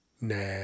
Nah